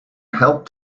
helped